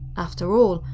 after all,